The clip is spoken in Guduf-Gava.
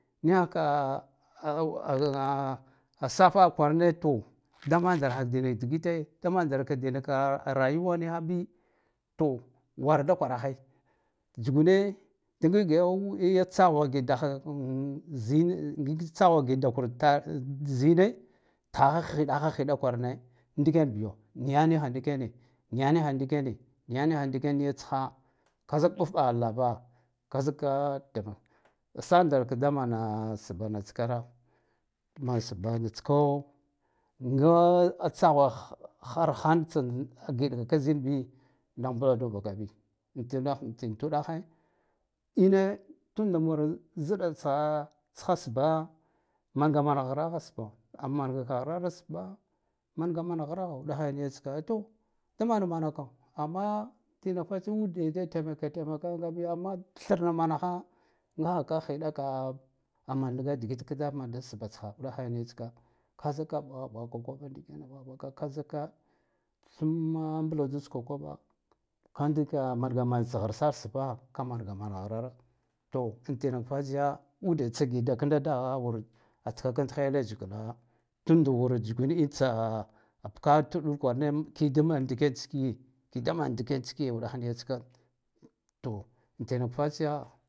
Niya ka a safa kwarane to damana ndarha denak digite damana ndarka denak ka rayuwa nigha bi to war da kwarahaij tsugune da gigiyi tsaghwa giɗdoha zin ngig tsaghwe giɗɗakur tar tkhahak khiɗakha khiɗa kwarane ndiken biyo niya nikha ndikene niya nikha ndikone niya nikha ndikan nitskha ka zik mɓf ɓakha lava ka zika digno sa ndarka da mana sbanatskara man sbanatsko nga tsaghwa “ghar-ghan” tsan giɗgaka zin bi nagh mbladubakabi atuɗakh- tuɗakhe ine tunda war zɗatsa tsasba mangamaghraha sbo mangaka shrar sba mangaman ghragho aniyatska eto damana manaka amma tenak tatsiya ude da temmakka temeka ngabiya amma thrna manakha ngaha ka khiɗaka manga digitk da mandas sktsha uɗahe niyatska ka zika ɓgha ɓghaka ƙoba ndikene ɓgha ɓghaka kizaka thimma mbladu tska koɓa ka ndika mangaghrsar sba ka mangamana ghraro to in tenak fatsuja ude tsagiɗdakanda dagha wur atkakanhe leshgla tunda wur jibine itsa abka tɗul kwarane kida man digentskiye kida man dgetskiye uɗakh yinatska to tmak fatsiya.